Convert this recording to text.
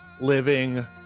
living